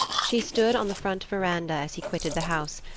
she stood on the front veranda as he quitted the house,